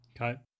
Okay